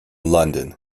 london